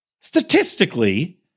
statistically